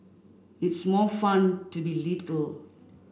it's more fun to be little